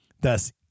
Thus